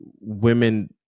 women